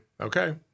okay